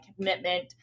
commitment